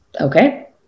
okay